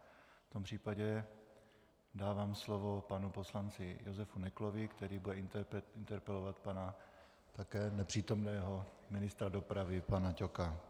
V tom případě dávám slovo panu poslanci Josef Neklovi, který bude interpelovat pana také nepřítomného ministra dopravy pana Ťoka.